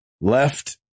left